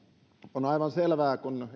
on aivan selvää että kun